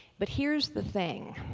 but here's the thing,